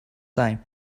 time